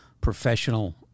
professional